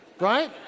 right